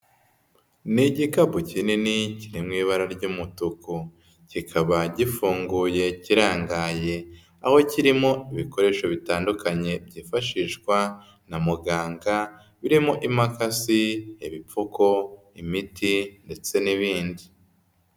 Ni igikapu kinini kiri mu ibara ry'umutuku, kikaba gifunguye kirangaye aho kirimo ibikoresho bitandukanye byifashishwa na muganga birimo imakasi, ibipfuko, imiti ndetse n'ibindi.